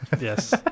Yes